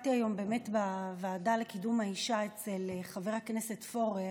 הופעתי היום בוועדה לקידום האישה אצל חבר הכנסת פורר